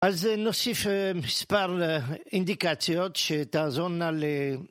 אז אה.. נוסיף אה.. מספר אה.. אינדיקציות שתעזרונה ל..